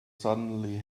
suddenly